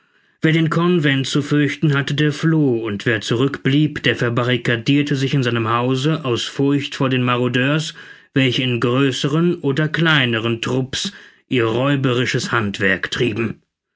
wer den convent zu fürchten hatte der floh und wer zurückblieb der verbarrikadirte sich in seinem hause aus furcht vor den marodeurs welche in größeren oder kleineren trupps ihr räuberisches handwerk trieben